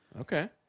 Okay